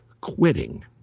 quitting